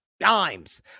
Dimes